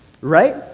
right